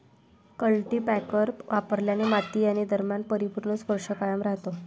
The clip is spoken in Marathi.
कल्टीपॅकर वापरल्याने माती आणि दरम्यान परिपूर्ण स्पर्श कायम राहतो